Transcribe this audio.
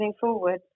forward